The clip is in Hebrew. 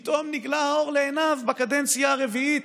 פתאום נגלה האור לעיניו בקדנציה הרביעית.